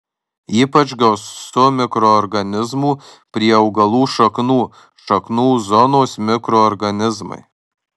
ypač gausu mikroorganizmų prie augalų šaknų šaknų zonos mikroorganizmai